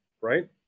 right